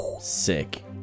Sick